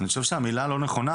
אני חושב שהמילה "המלצות" לא נכונה.